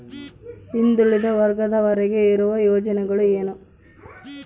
ಹಿಂದುಳಿದ ವರ್ಗದವರಿಗೆ ಇರುವ ಯೋಜನೆಗಳು ಏನು?